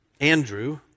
Andrew